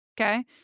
okay